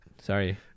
Sorry